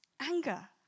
Anger